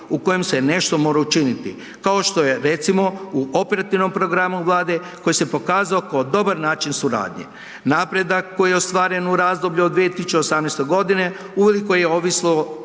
u kojem se nešto mora učiniti kao što je recimo u operativnom programu Vlade koji se pokazao ko dobar način suradnje. Napredak koji je ostvaren u razdoblju od 2018.g. uveliko je ovisilo